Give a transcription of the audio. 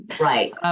Right